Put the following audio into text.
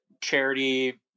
charity